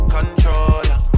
Controller